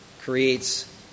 creates